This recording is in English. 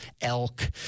elk